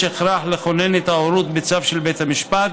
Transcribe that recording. הכרח לכונן את ההורות בצו של בית המשפט,